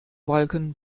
balken